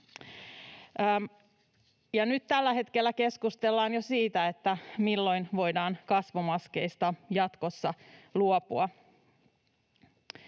Nyt tällä hetkellä keskustellaan jo siitä, milloin voidaan kasvomaskeista jatkossa luopua.